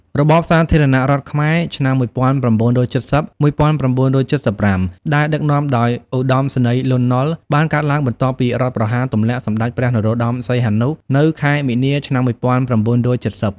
របបសាធារណរដ្ឋខ្មែរឆ្នាំ ១៩៧០-១៩៧៥ ដែលដឹកនាំដោយ ឧត្តមសេនីយ៍លន់ នល់ បានកើតឡើងបន្ទាប់ពីរដ្ឋប្រហារទម្លាក់សម្ដេចព្រះនរោត្តម សីហនុ នៅខែមីនា ឆ្នាំ១៩៧០។